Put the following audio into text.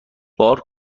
بار